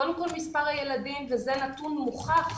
קודם כל מספר הילדים, וזה נתון מוכח,